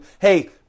Hey